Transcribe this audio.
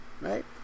Right